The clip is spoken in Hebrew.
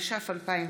התש"ף 2020,